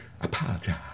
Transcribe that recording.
Apologize